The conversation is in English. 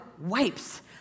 wipes